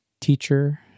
teacher